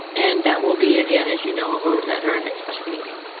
and that will be again, as you know, a vote at our next meeting.